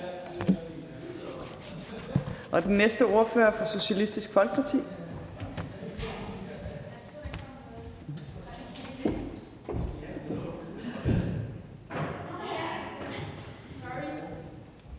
Den næste ordfører er fra Socialistisk Folkeparti.